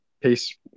peace